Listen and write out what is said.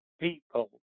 people